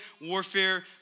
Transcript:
warfare